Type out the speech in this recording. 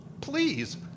Please